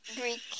Greek